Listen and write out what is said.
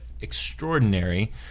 extraordinary